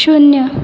शून्य